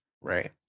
Right